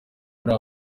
muri